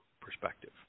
perspective